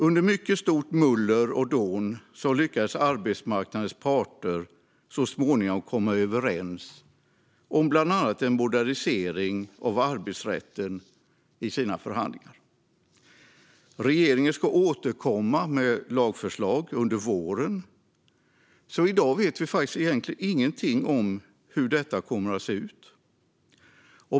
Under mycket stort muller och dån lyckades arbetsmarknadens parter så småningom komma överens om bland annat en modernisering av arbetsrätten i sina förhandlingar. Regeringen ska återkomma med lagförslag under våren, så i dag vet vi egentligen ingenting om hur detta kommer att se ut.